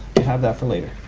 you have that for later.